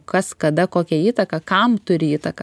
kas kada kokią įtaką kam turi įtaką